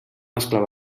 esclava